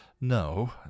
No